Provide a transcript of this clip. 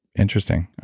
interesting.